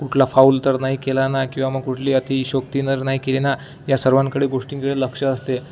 कुठला फाऊल तर नाही केला ना किंवा मग कुठली अतिशयोक्ती तर नाही केली ना या सर्वांकडे गोष्टींकडे लक्ष असते